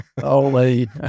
Holy